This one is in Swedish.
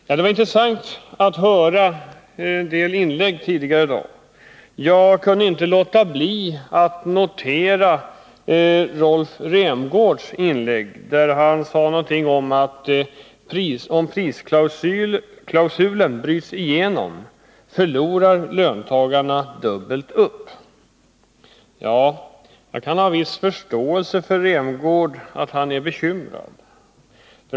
Det har varit intressant att höra en del inlägg tidigare i dag. Rolf Rämgård sade att om prisklausulen bryts igenom så förlorar löntagarna dubbelt upp. Jag kan ha viss förståelse för att Rolf Rämgård är bekymrad.